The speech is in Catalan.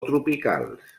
tropicals